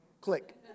click